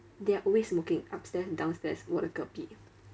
they are always smoking upstairs downstairs 我的隔壁